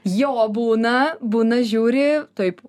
jo būna būna žiūri taip